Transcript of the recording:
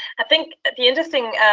i think the interesting